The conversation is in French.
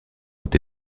ont